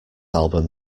album